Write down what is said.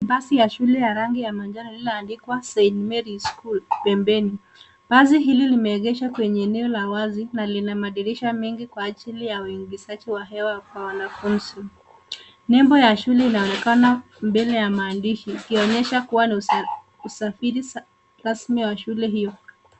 Basi ya shule ya rangi ya manjano lilioandikwa St. marys school pembeni. Basi hili limeegeshwa kwenye eneo la wazi na lina madirisha mengi kwa ajili ya uingizaji wa hewa kwa wanafunzi. nebo ya shule inaonekana mbele ya maandishi ikionyesha kuwa na usafiri rasmi wa shule hiyo.